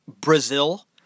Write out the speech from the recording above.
Brazil